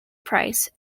price